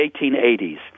1880s